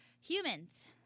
Humans